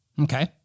Okay